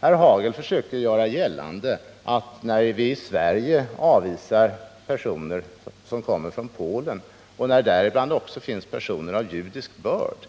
Herr Hagel försökte göra gällande att när vi i Sverige avvisar personer som kommer från Polen — däribland också människor av judisk börd